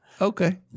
Okay